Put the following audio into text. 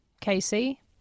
Casey